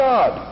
God